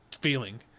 feeling